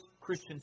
Christian